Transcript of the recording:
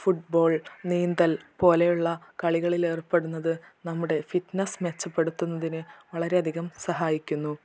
football നീന്തൽ പോലെയുള്ള കളികളിൽ ഏർപ്പെടുന്നത് നമ്മുടെ ഫിറ്റ്നസ് മെച്ചപ്പെടുത്തുന്നതിന് വളരെ അധികം സഹായിക്കുന്നു